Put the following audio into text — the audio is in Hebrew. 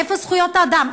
איפה זכויות האדם?